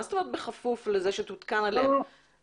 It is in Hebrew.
מה זאת אומרת בכפוף לזה שתותקן עליהן מצלמה ואוזניות?